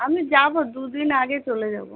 আমি যাবো দু দিন আগে চলে যাবো